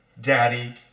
Daddy